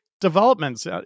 developments